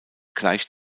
gleich